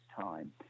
time